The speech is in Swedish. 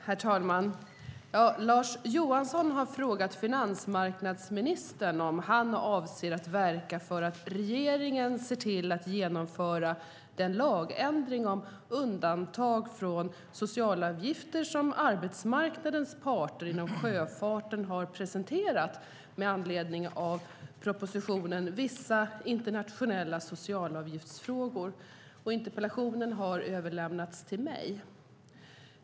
Herr talman! Lars Johansson har frågat finansmarknadsministern om han avser att verka för att regeringen ser till att genomföra den lagändring om undantag från socialavgifter som arbetsmarknadens parter inom sjöfarten har presenterat med anledning av propositionen Vissa internationella socialavgiftsfrågor . Interpellationen har överlämnats till mig.